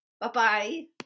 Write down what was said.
Bye-bye